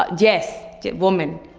ah yes. woman.